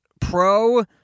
pro